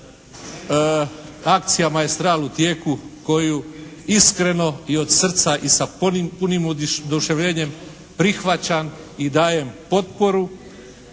akcija "Maestral" u tijeku koju iskreno i od srca i sa punim oduševljenjem prihvaćam i dajem potporu